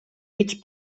mig